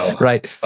right